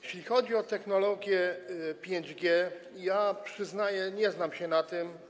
Jeśli chodzi o technologię 5G, to ja przyznaję, że nie znam się na tym.